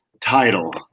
title